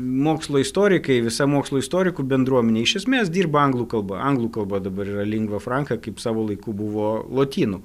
mokslo istorikai visa mokslo istorikų bendruomenė iš esmės dirba anglų kalba anglų kalba dabar yra lingva franka kaip savo laiku buvo lotynų